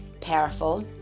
powerful